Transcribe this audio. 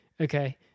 Okay